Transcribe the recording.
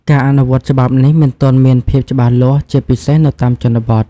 ការអនុវត្តន៍ច្បាប់នេះ មិនទាន់មានភាពច្បាស់លាស់ ជាពិសេសនៅតាមជនបទ។